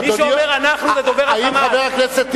מי שאומר "אנחנו" זה דובר ה"חמאס".